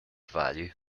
value